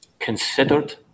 considered